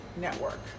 network